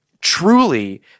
truly